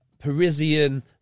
Parisian